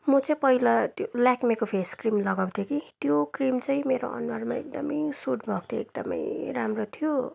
म चाहिँ पहिला त्यो लेकमीको फेस क्रिम लगाउँथे कि त्यो क्रिम चाहिँ मेरो अनुहारमा एकदम सुट भएको थियो एकदम राम्रो थियो